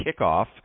kickoff